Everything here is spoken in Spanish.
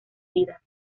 vidas